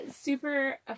Super